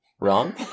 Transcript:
wrong